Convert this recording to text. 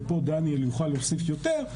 ופה גם אוכל להוסיף יותר,